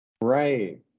Right